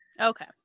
Okay